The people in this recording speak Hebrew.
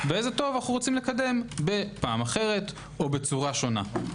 ואיזה טוב אנו רוצים לקדם בפעם אחרת או בצורה שונה.